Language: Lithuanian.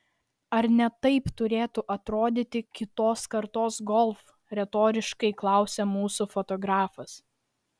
ar ne taip turėtų atrodyti kitos kartos golf retoriškai klausė mūsų fotografas